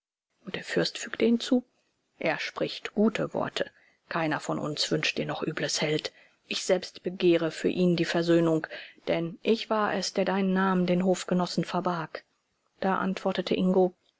und der fürst fügte hinzu er spricht gute worte keiner von uns wünscht dir noch übles held ich selbst begehre für ihn die versöhnung denn ich war es der deinen namen den hofgenossen verbarg da antwortete ingo